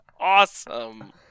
awesome